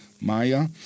Maya